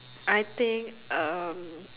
I think um